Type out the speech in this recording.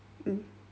mm